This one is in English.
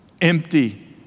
empty